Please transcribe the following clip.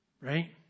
right